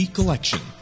Collection